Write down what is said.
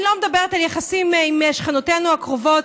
אני לא מדברת על יחסים עם שכנותינו הקרובות,